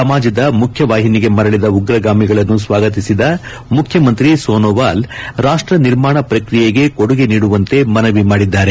ಸಮಾಜದ ಮುಖ್ಯವಾಹಿನಿಗೆ ಮರಳಿದ ಉಗ್ರಗಾಮಿಗಳನ್ನು ಸ್ನಾಗತಿಸಿದ ಮುಖ್ಯಮಂತ್ರಿ ಸೋನೊವಾಲ್ ರಾಷ್ಷ ನಿರ್ಮಾಣ ಪ್ರಕ್ರಿಯೆಗೆ ಕೊಡುಗೆ ನೀಡುವಂತೆ ಮನವಿ ಮಾಡಿದ್ದಾರೆ